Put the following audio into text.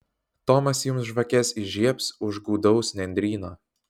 tomas jums žvakes įžiebs už gūdaus nendryno